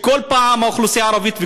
וכל פעם האוכלוסייה הערבית,